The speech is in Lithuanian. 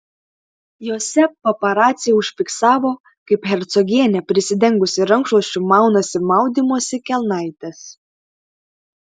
jose paparaciai užfiksavo kaip hercogienė prisidengusi rankšluosčiu maunasi maudymosi kelnaites